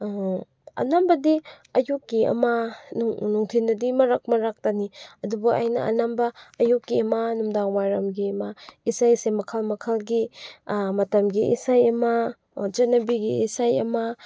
ꯑꯅꯝꯕꯗꯤ ꯑꯌꯨꯛꯀꯤ ꯑꯃ ꯅꯨꯡꯊꯤꯜꯗꯗꯤ ꯃꯔꯛ ꯃꯔꯛꯇꯅꯤ ꯑꯗꯨꯕꯨ ꯑꯩꯅ ꯑꯅꯝꯕ ꯑꯌꯨꯛꯀꯤ ꯑꯃ ꯅꯨꯡꯗꯥꯡꯋꯥꯏꯔꯝꯒꯤ ꯑꯃ ꯏꯁꯩ ꯑꯁꯦ ꯃꯈꯜ ꯃꯈꯜꯒꯤ ꯃꯇꯝꯒꯤ ꯏꯁꯩ ꯑꯃ ꯆꯠꯅꯕꯤꯒꯤ ꯏꯁꯩ ꯑꯃ